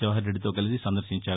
జవహర్ రెడ్డితో కలిసి సందర్భించారు